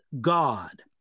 God